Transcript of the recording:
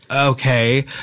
okay